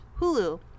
Hulu